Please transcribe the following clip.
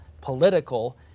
political